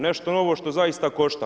Nešto novo što zaista košta.